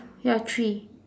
ya three